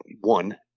one